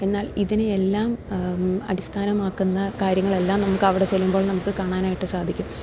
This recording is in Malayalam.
എന്നാൽ ഇതിനെയെല്ലാം അടിസ്ഥാനമാക്കുന്ന കാര്യങ്ങളെല്ലാം നമുക്കവിടെ ചെല്ലുമ്പോൾ നമുക്ക് കാണാനായിട്ട് സാധിക്കും